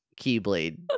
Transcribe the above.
Keyblade